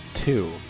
Two